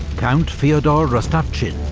count fyodor rostopchin,